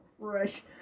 fresh